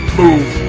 move